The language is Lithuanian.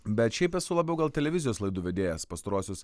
bet šiaip esu labiau gal televizijos laidų vedėjas pastaruosius